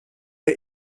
der